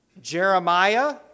Jeremiah